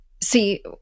See